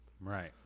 Right